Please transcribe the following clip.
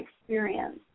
experience